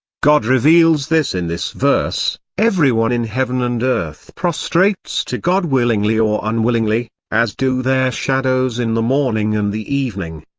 god reveals this in this verse everyone in heaven and earth prostrates to god willingly or unwillingly, as do their shadows in the morning and the evening.